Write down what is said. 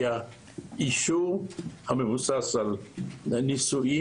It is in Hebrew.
אם היה אישור המבוסס על ניסויים,